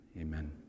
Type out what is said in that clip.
amen